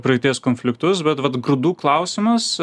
praeities konfliktus bet vat grūdų klausimas